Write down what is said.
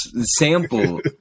sample